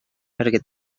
perquè